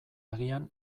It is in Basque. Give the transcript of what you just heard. agian